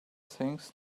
things